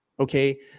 Okay